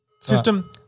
system